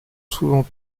souvent